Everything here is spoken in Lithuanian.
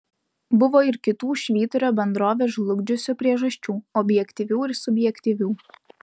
buvo ir kitų švyturio bendrovę žlugdžiusių priežasčių objektyvių ir subjektyvių